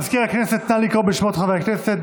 מזכיר הכנסת, נא לקרוא בשמות חברי הכנסת.